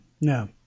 No